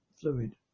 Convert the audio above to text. fluid